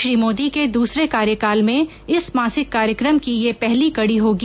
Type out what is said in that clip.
श्री मोदी के दूसरे कार्यकाल में इस मासिक कार्यक्रम की यह पहली कड़ी होगी